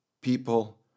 people